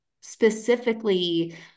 specifically